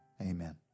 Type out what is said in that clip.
amen